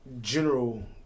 general